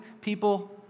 people